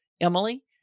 Emily